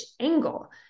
angle